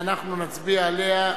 אנחנו נצביע עליה,